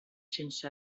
sense